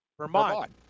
Vermont